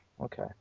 Okay